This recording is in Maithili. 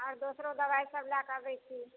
आओर दोसरो दवाइसभ लए कऽ आबै छी